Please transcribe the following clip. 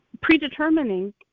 predetermining